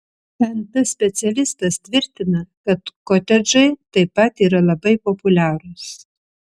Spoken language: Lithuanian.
nt specialistas tvirtina kad kotedžai taip pat yra labai populiarūs